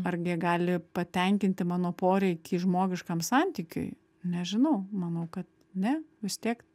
ar jie gali patenkinti mano poreikį žmogiškam santykiui nežinau manau kad ne vis tiek